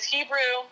Hebrew